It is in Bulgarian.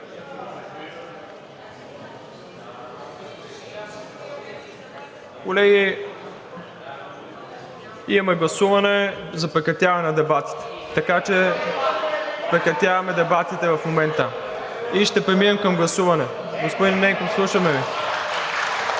Колеги, имаме гласуване за прекратяване на дебатите, така че прекратяваме дебатите в момента и ще преминем към гласуване. (Ръкопляскания